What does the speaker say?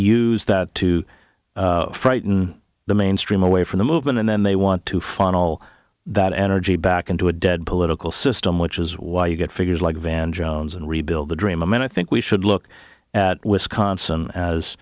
use that to frighten the mainstream away from the movement and then they want to funnel that energy back into a dead political system which is why you get figures like van jones and rebuild the dream a man i think we should look at wisconsin as